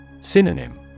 Synonym